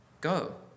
Go